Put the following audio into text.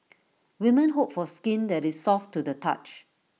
women hope for skin that is soft to the touch